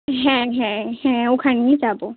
হ্যাঁ হ্যাঁ হ্যাঁ ওখানেই যাব